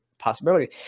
possibility